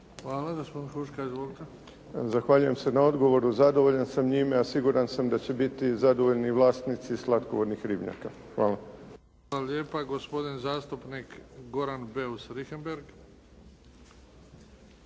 Huška. Izvolite. **Huška, Davor (HDZ)** Zahvaljujem se na odgovoru. Zadovoljan sam njime, a siguran sam da će biti i zadovoljni vlasnici slatkovodnih ribnjaka. Hvala. **Bebić, Luka (HDZ)** Hvala lijepa. Gospodin zastupnik Goran Beus Richembergh.